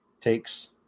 takes